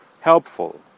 helpful